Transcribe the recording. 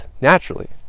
naturally